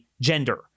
gender